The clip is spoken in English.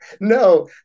no